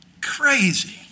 Crazy